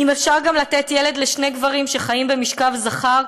"אם אפשר גם לתת ילד לשני גברים שחיים במשכב זכר,